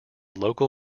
local